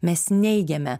mes neigiame